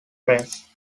press